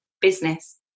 business